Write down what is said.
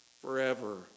forever